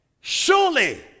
Surely